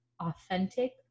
authentic